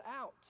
out